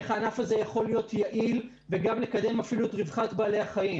איך הענף הזה יכול להיות יעיל וגם לקדם אפילו את רווחת בעלי-החיים,